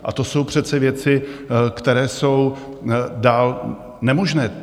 A to jsou přece věci, které jsou dál nemožné.